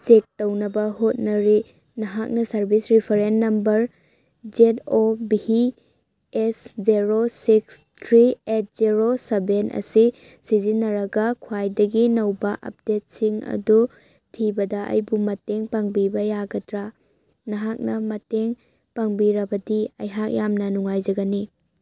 check ꯇꯧꯅꯕ ꯍꯣꯠꯅꯔꯤ ꯅꯍꯥꯛꯅ service reference number Z O V S zero six three eight zero seven ꯑꯁꯤ ꯁꯤꯖꯤꯟꯅꯔꯒ ꯈ꯭ꯋꯥꯏꯗꯒꯤ ꯅꯧꯕ ꯑꯞꯗꯦꯠꯁꯤꯡ ꯑꯗꯨ ꯊꯤꯕꯗ ꯑꯩꯕꯨ ꯃꯇꯦꯡ ꯄꯥꯡꯕꯤꯕ ꯌꯥꯒꯗ꯭ꯔ ꯅꯍꯥꯛꯅ ꯃꯇꯦꯡ ꯄꯥꯡꯕꯤꯔꯕꯗꯤ ꯑꯩꯍꯥꯛ ꯌꯥꯝꯅ ꯅꯨꯡꯉꯥꯏꯖꯒꯅꯤ